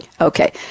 Okay